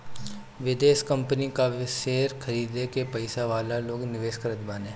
विदेशी कंपनी कअ शेयर खरीद के पईसा वाला लोग निवेश करत बाने